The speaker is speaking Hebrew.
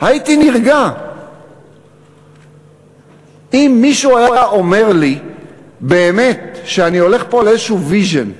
הייתי נרגע אם מישהו היה אומר לי באמת שאני הולך פה על איזשהו vision.